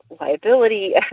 liability